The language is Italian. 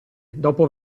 dopo